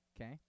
Okay